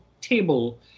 table